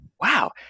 wow